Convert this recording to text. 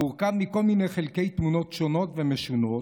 המורכב מכל מיני חלקי תמונות שונות ומשונות,